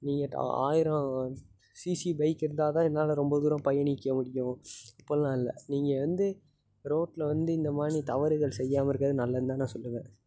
நீங்கள் ட் ஆ ஆயிரம் சிசி பைக் இருந்தால் தான் என்னால் ரொம்ப தூரம் பயணிக்க முடியும் இப்படிலாம் இல்லை நீங்கள் வந்து ரோட்டில் வந்து இந்த மாரி தவறுகள் செய்யாமல் இருக்கிறது நல்லது தான் நான் சொல்லுவேன்